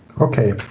Okay